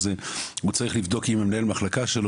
אז הוא צריך לבדוק עם מנהל המחלקה שלו